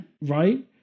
Right